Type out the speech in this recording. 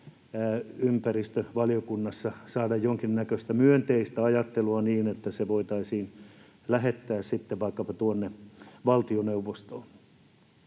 ympäristövaliokunnassa saada jonkinnäköistä myönteistä ajattelua niin, että se voitaisiin lähettää sitten vaikkapa tuonne valtioneuvostoon.